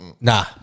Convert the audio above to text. Nah